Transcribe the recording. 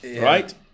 right